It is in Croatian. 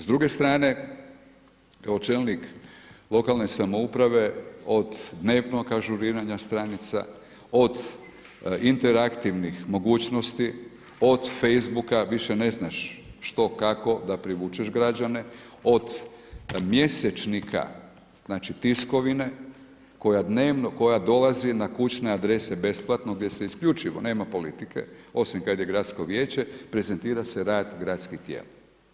S druge strane kao čelnik lokalne samouprave od dnevnog ažuriranja stranica, od interaktivnih mogućnosti, od Facebooka, više ne znaš što, kako da privučeš građane, od mjesečnika, znači tiskovine koja dolazi na kućne adrese besplatno gdje isključivo nema politike osim kad je gradsko vijeće, prezentira se rad gradskih tijela.